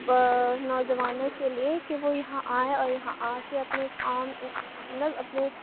نوجوانوں کے لیے کہ وہ یہاں آئیں اور یہاں آکے اپنے کام کو اپنے